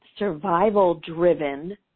survival-driven